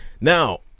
Now